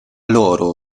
loro